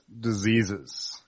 diseases